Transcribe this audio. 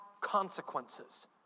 consequences